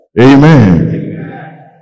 Amen